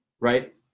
right